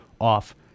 off